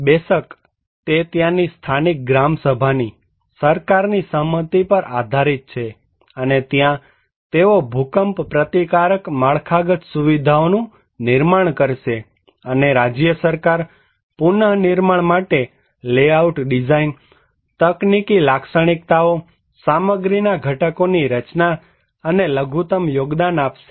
બેશક તે ત્યાંની સ્થાનિક ગ્રામસભાની સરકારની સંમતિ પર આધારિત છે અને ત્યાં તેઓ ભૂકંપ પ્રતિકારક માળખાગત સુવિધાઓ નું નિર્માણ કરશે અને રાજ્ય સરકાર પુનઃનિર્માણ માટે લેઆઉટ ડિઝાઈન તકનીકી લાક્ષણિકતાઓ સામગ્રીના ઘટકોની રચના અને લઘુત્તમ યોગદાન આપશે